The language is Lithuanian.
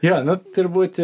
jo nu turbūt